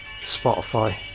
Spotify